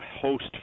host